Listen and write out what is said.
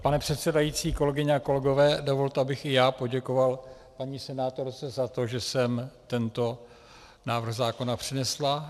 Pane předsedající, kolegyně a kolegové, dovolte, abych i já poděkoval paní senátorce za to, že sem tento návrh zákona přinesla.